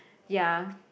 ya